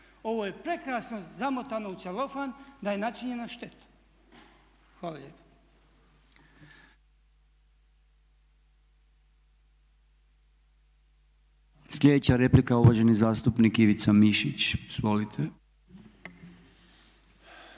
Ovo je prekrasno zamotano u celofan da je načinjena šteta. Hvala